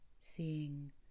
seeing